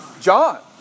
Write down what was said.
John